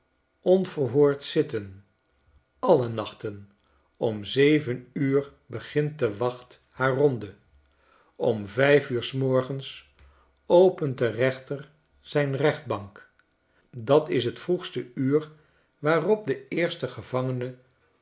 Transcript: onverhoord zitten alle naehten omzeven uur begint de wacht haar ronde om vyfuur s morgens opent de rechter zijn rech'tbank dat's fc vroegste uur waarop de eerste gevangene